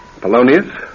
Polonius